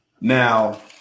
Now